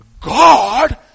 God